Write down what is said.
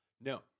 No